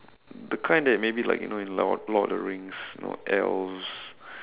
the kind that maybe like you know in lord lord of the rings you know elves